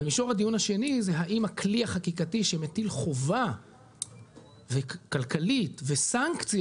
אבל מישור הדיון השני זה האם הכלי החקיקתי שמטיל חובה כלכלית וסנקציה,